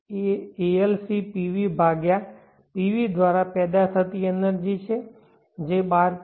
એ ALCC PV ભાગ્યા PV દ્વારા પેદા થતી એનર્જી છે જે 12